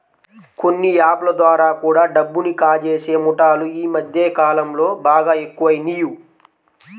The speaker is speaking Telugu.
కొన్ని యాప్ ల ద్వారా కూడా డబ్బుని కాజేసే ముఠాలు యీ మద్దె కాలంలో బాగా ఎక్కువయినియ్